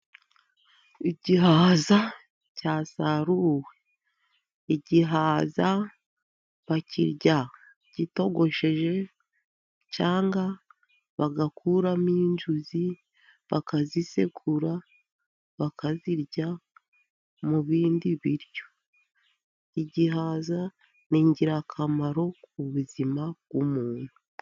igihaza cyasaruwe. Igihaza bakirya gitogosheje, cyagwa bagakuramo inzuzi bakazisegura, bakazirya mu bindi biryo. Igihaza ni ingirakamaro ku buzima bw'umuntu.